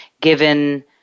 given